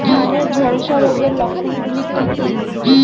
ধানের ঝলসা রোগের লক্ষণগুলি কি কি?